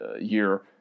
year